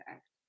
Act